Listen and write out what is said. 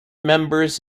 members